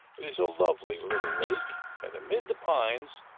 it is a lovely little lake, and amid the pines,